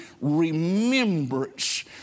remembrance